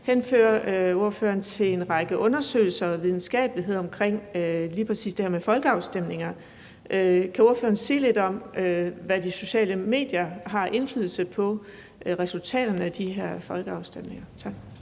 henviser ordføreren til en række undersøgelser og videnskabelighed omkring lige præcis det her med folkeafstemninger. Kan ordføreren sige lidt om, hvad de sociale medier har af indflydelse på resultaterne af de her folkeafstemninger?